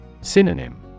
Synonym